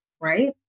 Right